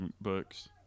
books